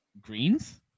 greens